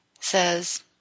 says